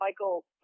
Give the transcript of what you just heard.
Michael